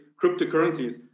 cryptocurrencies